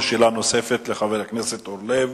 שאלה נוספת לחבר הכנסת אורלב.